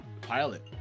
pilot